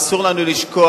אסור לנו לשכוח